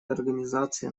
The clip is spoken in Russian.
организации